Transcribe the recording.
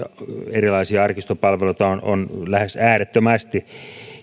erilaisia arkistopalveluita on on lähes äärettömästi